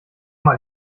mal